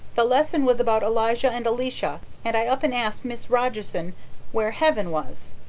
the lesson was about elijah and elisha, and i up and asked miss rogerson where heaven was.